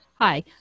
Hi